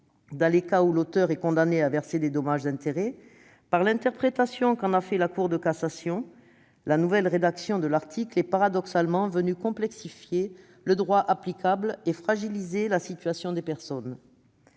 dans les cas où l'auteur est condamné à verser des dommages et intérêts. Du fait de l'interprétation de la Cour de cassation, la nouvelle rédaction de l'article est paradoxalement venue complexifier le droit applicable et fragiliser la situation des personnes.